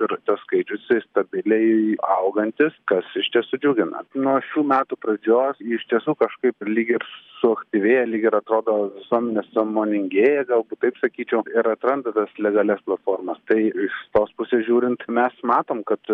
ir tas skaičius jisai stabiliai augantis kas iš tiesų džiugina nuo šių metų pradžios iš tiesų kažkaip lyg ir suaktyvėja lyg ir atrodo visuomenė sąmoningėja galbūt taip sakyčiau ir atranda tas legalias platformas tai iš tos pusės žiūrint mes matom kad